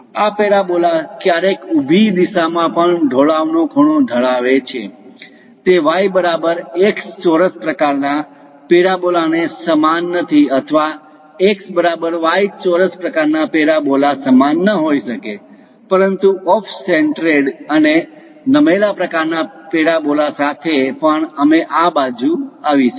આ પેરાબોલા ક્યારેક ઊભી દિશામાં પણ ઢોળાવ નો ખૂણો ધરાવે છે તે y બરાબર x ચોરસ પ્રકારના પેરાબોલા ને સમાન નથી અથવા x બરાબર y ચોરસ પ્રકારના પેરાબોલા સમાન ન હોઈ શકે પરંતુ ઓફ સેન્ટ્રેટેડ અને નમેલા પ્રકારના પેરાબોલા સાથે પણ અમે આ બાજુ આવશુ